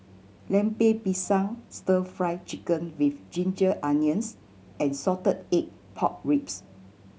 Lemper Pisang Stir Fry Chicken with ginger onions and salted egg pork ribs